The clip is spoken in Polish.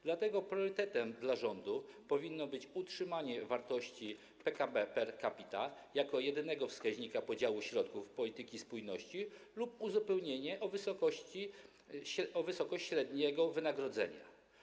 Dlatego priorytetem dla rządu powinno być utrzymanie wartości PKB per capita jako jedynego wskaźnika podziału środków polityki spójności lub uzupełnienie o wysokość średniego wynagrodzenia.